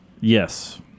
Yes